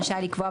רשאי לקבוע,